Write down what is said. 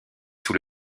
sous